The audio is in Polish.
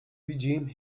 widzi